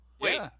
Wait